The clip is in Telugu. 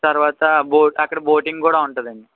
తరువాత బోట్ అక్కడ బోటింగ్ కూడా ఉంటుందండి